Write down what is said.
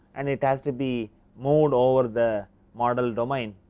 and it has to be mode over the model domain.